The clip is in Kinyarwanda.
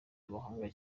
abahanga